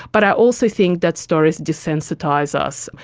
but i also think that stories desensitise us.